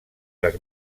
les